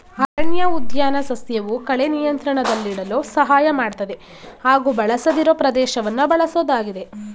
ಅರಣ್ಯಉದ್ಯಾನ ಸಸ್ಯವು ಕಳೆ ನಿಯಂತ್ರಣದಲ್ಲಿಡಲು ಸಹಾಯ ಮಾಡ್ತದೆ ಹಾಗೂ ಬಳಸದಿರೋ ಪ್ರದೇಶವನ್ನ ಬಳಸೋದಾಗಿದೆ